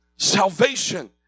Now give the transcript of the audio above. Salvation